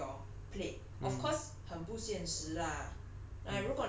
have it on your plate of course 很不现实 lah